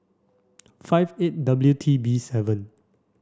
five eight W T B seven